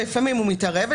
ולפעמים הוא מתערב בהליך,